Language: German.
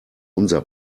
unser